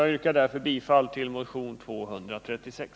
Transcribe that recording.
Jag yrkar därför bifall till motionen 236.